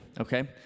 okay